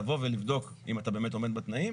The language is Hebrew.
לבוא ולבדוק אם אתה באמת עומד בתנאים